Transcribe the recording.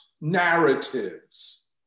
narratives